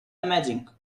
amazing